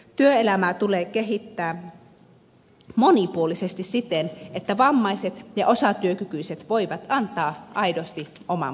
työelämää tulee kehittää monipuolisesti siten että vammaiset ja osatyökykyiset voivat antaa aidosti oman panoksensa